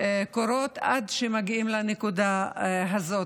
קורות עד שמגיעים לנקודה הזאת.